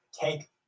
take